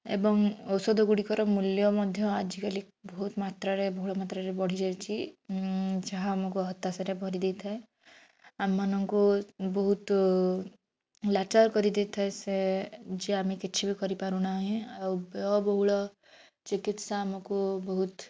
ଏବଂ ଔଷଧ ଗୁଡ଼ିକର ମୂଲ୍ୟ ମଧ୍ୟ ଆଜିକାଲି ବହୁତ ମାତ୍ରାରେ ବହୁଳ ମାତ୍ରାରେ ବଢ଼ିଯାଇଛି ଯାହା ଆମକୁ ହତାଶରେ ଭରି ଦେଇଥାଏ ଆମମାନଙ୍କୁ ବହୁତ ଲାଚାର କରିଦେଇଥାଏ ସେ ଯେ ଆମେ କିଛି ବି କରିପାରୁନାହିଁ ଆଉ ବ୍ୟୟ ବହୁଳ ଚିକିତ୍ସା ଆମକୁ ବହୁତ